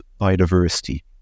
biodiversity